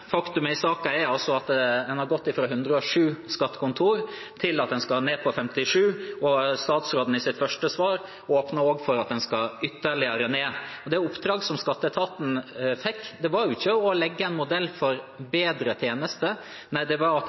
er at en hadde 107 skattekontor og skal ned på 57. Statsråden åpnet også i sitt første svar for at en skal ytterligere ned. Det oppdraget som skatteetaten fikk, var ikke å lage en modell for bedre tjenester. Nei, det var at